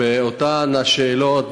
באותן השאלות,